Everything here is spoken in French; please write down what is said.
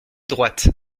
droite